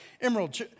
emerald